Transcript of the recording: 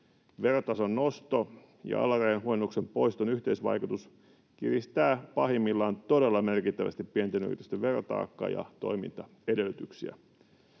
Verotason nosto ja alarajan huojennuksen poiston yhteisvaikutus kiristää pahimmillaan todella merkittävästi pienten yritysten verotaakkaa ja toimintaedellytyksiä.